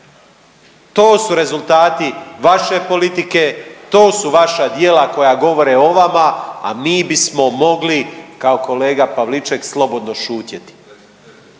To su rezultati vaše politike, to su vaša djela koja govore o vama, a mi bismo mogli kao kolega Pavliček slobodno šutjeti.